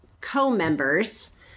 co-members